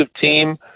team